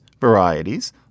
varieties